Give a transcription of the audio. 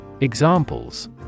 Examples